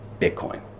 Bitcoin